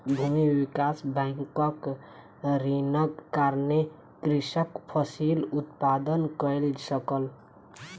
भूमि विकास बैंकक ऋणक कारणेँ कृषक फसिल उत्पादन कय सकल